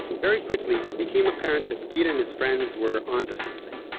very quickly, it became apparent that gil and his friends were on to something.